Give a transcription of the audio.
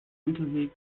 unterwegs